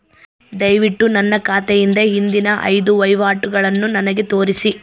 ದಯವಿಟ್ಟು ನನ್ನ ಖಾತೆಯಿಂದ ಹಿಂದಿನ ಐದು ವಹಿವಾಟುಗಳನ್ನು ನನಗೆ ತೋರಿಸಿ